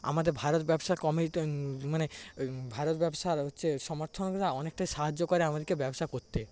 আমাদের ভারত ব্যবসার কমিউ মানে ভারত ব্যবসার হচ্ছে সমর্থকরা অনেকটাই সাহায্য করে আমাদেরকে ব্যবসা করতে